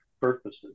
purposes